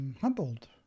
humbled